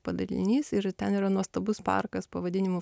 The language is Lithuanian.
padalinys ir ten yra nuostabus parkas pavadinimu